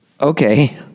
Okay